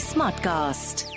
Smartcast